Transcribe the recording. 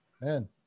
man